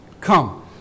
Come